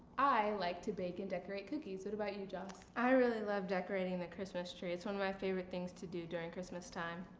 i like to bake and decorate cookies. what about you, jos? i really love decorating the christmas tree. it's one of my favorite things to do during christmas time.